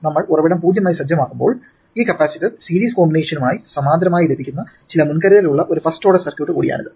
നമ്മൾ ഉറവിടം 0 ആയി സജ്ജമാക്കുമ്പോൾ ഈ കപ്പാസിറ്റർ സീരീസ് കോമ്പിനേഷനുമായി സമാന്തരമായി ലഭിക്കുന്ന ചില മുൻകരുതലുകളുള്ള ഒരു ഫസ്റ്റ് ഓർഡർ സർക്യൂട്ട് കൂടിയാണിത്